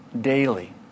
daily